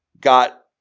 got